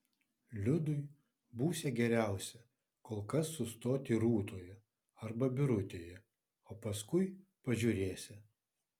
liudui būsią geriausia kol kas sustoti rūtoje arba birutėje o paskui pažiūrėsią